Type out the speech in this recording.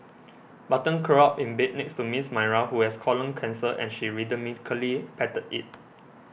Button curled up in bed next to Miss Myra who has colon cancer and she rhythmically patted it